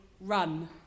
run